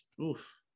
oof